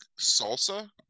salsa